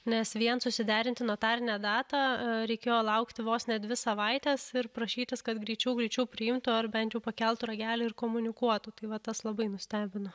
nes vien susiderinti notarinę datą reikėjo laukti vos ne dvi savaites ir prašytis kad greičiau greičiau priimtų ar bent pakeltų ragelį ir komunikuotų tai va tas labai nustebino